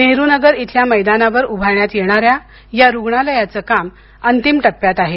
नेहरूनगर इथल्या मैदानावर उभारण्यात येणाऱ्या या रुग्णालयाचं काम अंतिम टप्प्यात आहे